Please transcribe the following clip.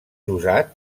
usat